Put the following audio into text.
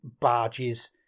barges